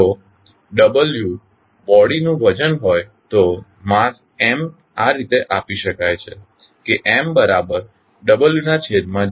જો w body નું વજન હોય તો માસ M આ રીતે આપી શકાય છે કે M બરાબર w ના છેદમાં g